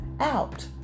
out